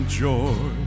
joy